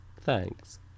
Thanks